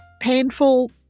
painful